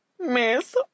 miss